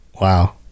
wow